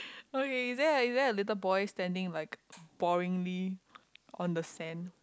okay is there is there a little boy standing like boringly on the sand